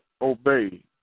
obey